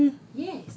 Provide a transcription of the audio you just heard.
really meh